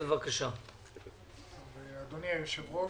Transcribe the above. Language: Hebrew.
אדוני היושב-ראש,